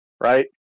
right